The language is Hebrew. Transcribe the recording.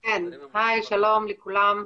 כן, שלום לכולם.